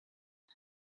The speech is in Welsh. oes